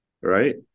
right